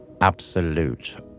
absolute